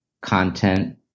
content